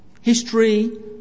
history